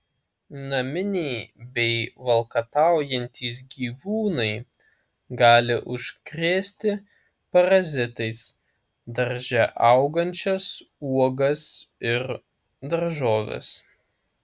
naminiai bei valkataujantys gyvūnai gali užkrėsti parazitais darže augančias uogas ir daržoves